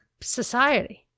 society